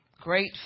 Great